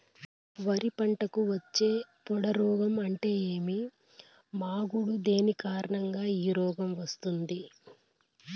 వరి పంటకు వచ్చే పొడ రోగం అంటే ఏమి? మాగుడు దేని కారణంగా ఈ రోగం వస్తుంది?